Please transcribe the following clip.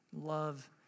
love